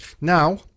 Now